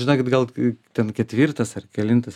žinokit gal ten ketvirtas ar kelintas